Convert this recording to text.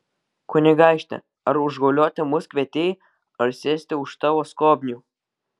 kunigaikšti ar užgaulioti mus kvietei ar sėsti už tavo skobnių